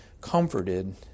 comforted